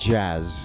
jazz